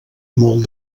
molt